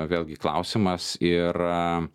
vėlgi klausimas ir